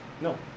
No